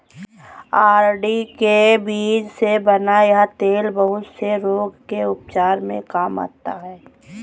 अरंडी के बीज से बना यह तेल बहुत से रोग के उपचार में काम आता है